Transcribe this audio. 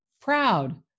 proud